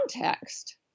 context